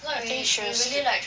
I think she will sleep